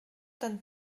tan